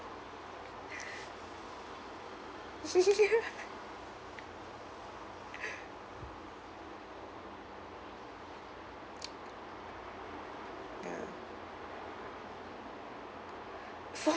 yah